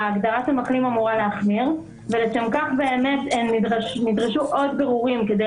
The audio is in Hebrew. ההגדרה של מחלים אמורה להחמיר ולשם כך נדרשו עוד בירורים כדי